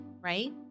right